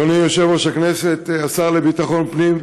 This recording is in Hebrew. אדוני יושב-ראש הכנסת, השר לביטחון פנים,